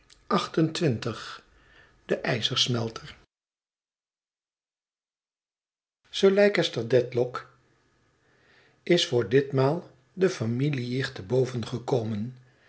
de ijzersmelter sir leicester dedlock is voor ditmaal de familie jicht te boven gekomen